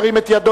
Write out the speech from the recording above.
ירים את ידו.